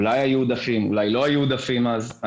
אולי היו עודפים ואולי לא היו עודפים אז.